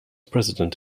president